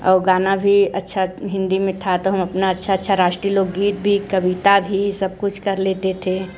और गाना भी अच्छा हिंदी में था तो हम अपना अच्छा अच्छा राष्ट्रीय लोकगीत भी कविता भी सब कुछ कर लेते थे